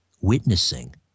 witnessing